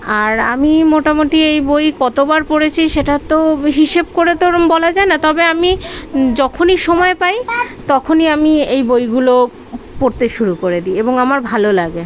আর আমি মোটামোটি এই বই কতোবার পড়েছি সেটা তো বে হিসেব করে তো ওরকম বলা যায় না তবে আমি যখনই সময় পাই তখনই আমি এই বইগুলো পড়তে শুরু করে দিই এবং আমার ভালো লাগে